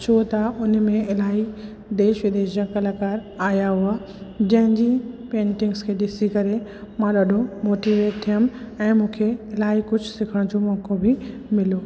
छो त उन में इलाही देश विदेश जा कलाकार आहियां हुआ जंहिंजी पेंटिंग्स खे ॾिसी करे मां ॾाढो मोटीवेट थियमि ऐं मूंखे इलाही कुझु सिखण जो मौक़ो बि मिलियो